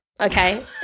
okay